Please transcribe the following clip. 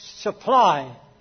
supply